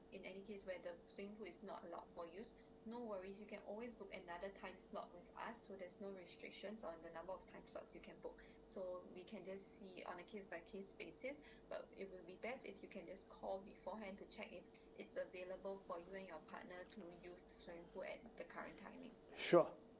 sure